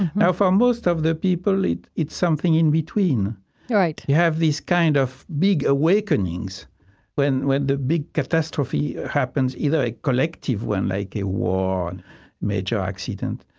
now, for most of the people, it's it's something in between right you have this kind of big awakenings when when the big catastrophe happens, either a collective one like a war or major accident,